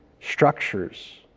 structures